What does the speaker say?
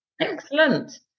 Excellent